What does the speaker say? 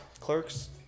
Clerks